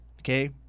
Okay